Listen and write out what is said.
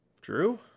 Drew